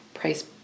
price